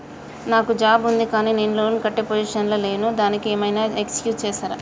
నాకు జాబ్ ఉంది కానీ నేను లోన్ కట్టే పొజిషన్ లా లేను దానికి ఏం ఐనా ఎక్స్క్యూజ్ చేస్తరా?